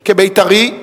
כבית"רי,